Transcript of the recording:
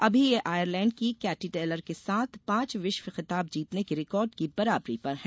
अभी वह आयरलैंड की कैटी टेलर के साथ पांच विश्व खिताब जीतने के रिकॉर्ड की बराबरी पर हैं